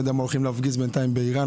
אני לא מה הולכים להפגיז בינתיים באיראן,